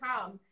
come